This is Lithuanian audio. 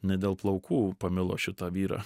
ne dėl plaukų pamilo šitą vyrą